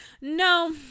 No